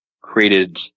created